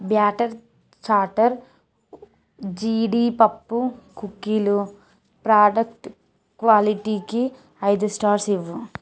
batter chatter జీడిపప్పు కుకీలు product క్వాలిటీకి ఐదు స్టార్స్ ఇవ్వు